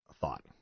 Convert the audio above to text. thought